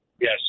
Yes